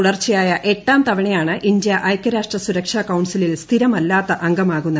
തുടർച്ചയായ എട്ടാം തവണയാണ് ഇന്ത്യ ഐക്യരാഷ്ട്ര സുരക്ഷാ കൌൺസിലിൽ സ്ഥിരമല്ലാത്ത അംഗമാകുന്നത്